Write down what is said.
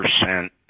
percent